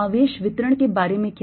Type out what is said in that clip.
आवेश वितरण के बारे में क्या